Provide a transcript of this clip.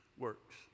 Works